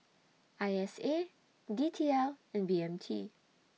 I S A D T L and B M T